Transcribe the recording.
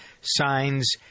signs